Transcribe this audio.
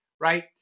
Right